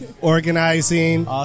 organizing